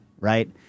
right